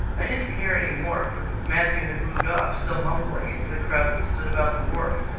i didn't hear any more for matthew had moved off, still mumbling, into the crowd that stood about the wharf.